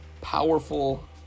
powerful